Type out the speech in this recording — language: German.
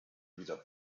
wieder